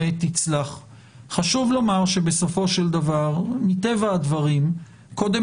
חשוב לומר שמטבע הדברים הדיון קודם